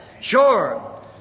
Sure